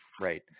right